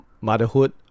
motherhood